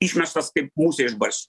išmestas kaip musė iš barščio